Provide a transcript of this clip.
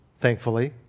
thankfully